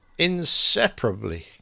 Inseparably